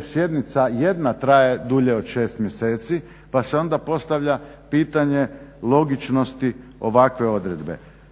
sjednica jedna traje dulje od 6 mjeseci pa se onda postavlja pitanje logičnosti ovakve odredbe.